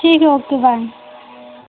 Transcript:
ठीक है okay bye